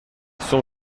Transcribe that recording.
son